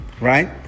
right